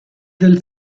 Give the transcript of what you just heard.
del